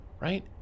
right